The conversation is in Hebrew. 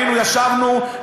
ישבנו,